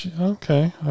okay